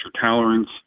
tolerance